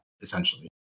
essentially